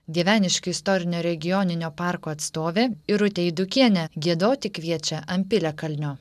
dieveniškių istorinio regioninio parko atstovė irutė eidukienė giedoti kviečia an piliakalnio